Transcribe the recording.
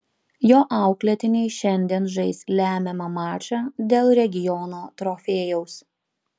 jo auklėtiniai šiandien žais lemiamą mačą dėl regiono trofėjaus